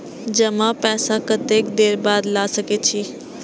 जमा पैसा कतेक देर बाद ला सके छी?